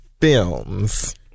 films